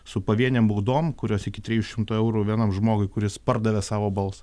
su pavienėm baudom kurios iki trijų šimtų eurų vienam žmogui kuris pardavė savo balsą